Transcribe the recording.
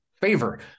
favor